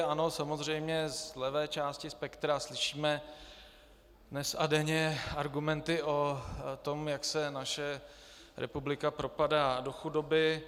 Ano, samozřejmě, z levé části spektra slyšíme dnes a denně argumenty o tom, jak se naše republika propadá do chudoby.